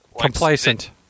complacent